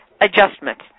adjustment